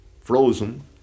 frozen